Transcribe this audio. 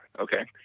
okay.